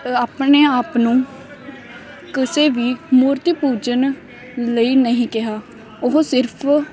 ਆਪਣੇ ਆਪ ਨੂੰ ਕਿਸੇ ਵੀ ਮੂਰਤੀ ਪੂਜਨ ਲਈ ਨਹੀਂ ਕਿਹਾ ਉਹ ਸਿਰਫ਼